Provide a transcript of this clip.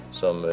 som